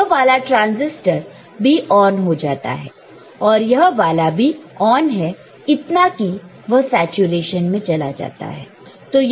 तो यह वाला ट्रांसिस्टर भी ऑन हो जाता है और यह वाला भी ऑन है इतना कि वह है सैचुरेशन में चला जाता है